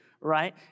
right